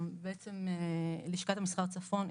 לעניין לשכת המסחר צפון,